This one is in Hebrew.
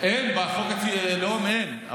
בחוק הלאום אין,